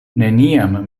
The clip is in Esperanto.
neniam